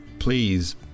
Please